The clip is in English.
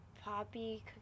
poppy